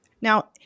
now